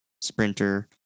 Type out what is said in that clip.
sprinter